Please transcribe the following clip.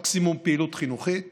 מקסימום פעילות חינוכית